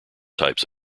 types